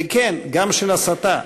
וכן, גם של הסתה,